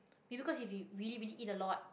ya because if we really really eat a lot